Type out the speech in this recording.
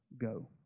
go